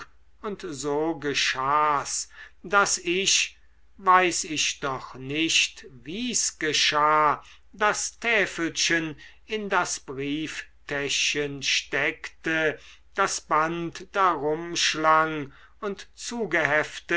und so geschah's daß ich weiß ich doch nicht wie's geschah das täfelchen in das brieftäschchen steckte das band darumschlang und